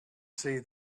see